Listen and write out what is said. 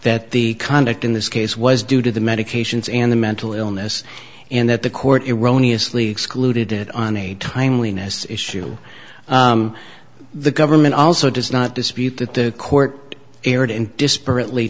that the conduct in this case was due to the medications and the mental illness and that the court eroni asli excluded it on a timeliness issue the government also does not dispute that the court erred in disparate le